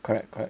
correct correct